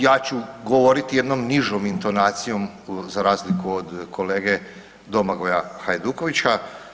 Ja ću govoriti jednom nižom intonacijom za razliku od kolege Domagoja Hajdukovića.